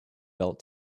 belt